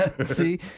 See